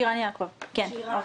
התחבורה.